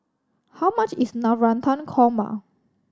how much is Navratan Korma